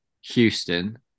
houston